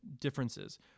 differences